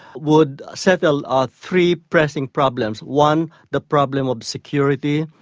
would settle ah three pressing problems one, the problem of security,